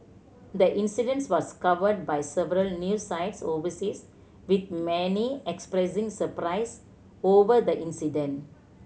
the incidents was covered by several new sites overseas with many expressing surprise over the incident